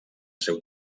seu